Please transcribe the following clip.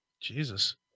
Jesus